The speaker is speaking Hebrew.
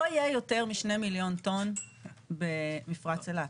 לא יהיה יותר משני מיליון טון במפרץ אילת,